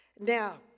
Now